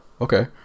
Okay